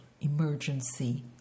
emergency